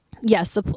Yes